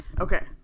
Okay